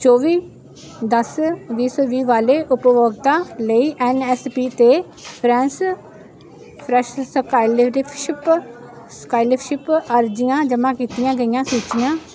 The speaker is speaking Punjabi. ਚੌਵੀ ਦਸ ਵੀਹ ਸੌ ਵੀਹ ਵਾਲੇ ਉਪਭੋਗਤਾ ਲਈ ਐਨ ਐਸ ਪੀ ਅਤੇ ਫ੍ਰਾਂਸ ਫਰੈਸ਼ ਸਕਾਲਰਟਿਪਸ਼ਿਪ ਸਕਾਲਰਸ਼ਿਪ ਅਰਜ਼ੀਆਂ ਜਮ੍ਹਾਂ ਕੀਤੀਆਂ ਗਈਆਂ ਸੂਚੀਆਂ